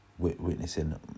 witnessing